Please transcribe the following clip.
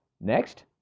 next